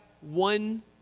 one